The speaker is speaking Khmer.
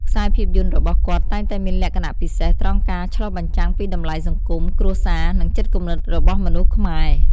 ខ្សែភាពយន្តរបស់គាត់តែងតែមានលក្ខណៈពិសេសត្រង់ការឆ្លុះបញ្ចាំងពីតម្លៃសង្គម គ្រួសារ និងចិត្តគំនិតរបស់មនុស្សខ្មែរ។